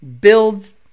builds